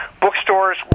bookstores